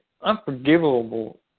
unforgivable